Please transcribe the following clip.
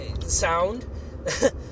sound